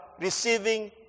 receiving